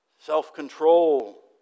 self-control